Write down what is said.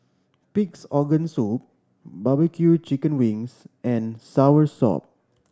Pig's Organ Soup barbecue chicken wings and soursop